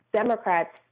democrats